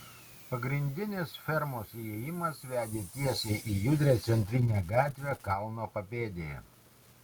pagrindinis fermos įėjimas vedė tiesiai į judrią centrinę gatvę kalno papėdėje